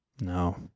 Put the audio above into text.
No